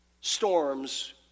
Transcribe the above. Storms